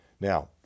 Now